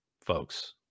folks